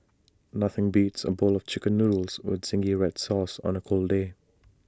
nothing beats A bowl of Chicken Noodles with Zingy Red Sauce on A cold day